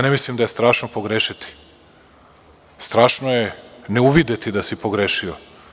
Ne mislim da je strašno pogrešiti, strašno je ne uvideti da si pogrešio.